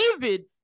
David